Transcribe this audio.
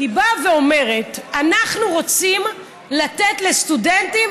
היא באה ואומרת: אנחנו רוצים לתת לסטודנטים